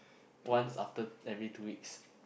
once after every two week